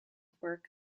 work